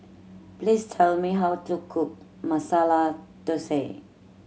please tell me how to cook Masala Dosa